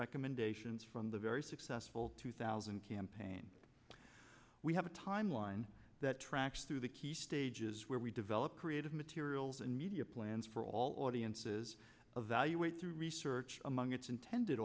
recommendations from the very successful two thousand campaign we have a timeline that tracks through the key stages where we develop creative materials and media plans for all audiences evaluate through research among its intended